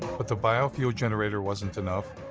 but the biofuel generator wasn't enough,